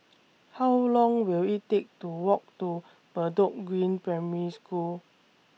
How Long Will IT Take to Walk to Bedok Green Primary School